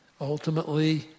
Ultimately